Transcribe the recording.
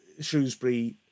Shrewsbury